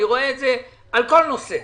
אני רואה את זה בכל נושא.